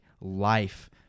life